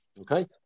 Okay